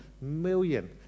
million